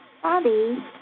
Bobby